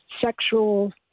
sexual